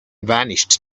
vanished